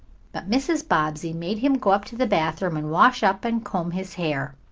but mrs. bobbsey made him go up to the bathroom and wash up and comb his hair.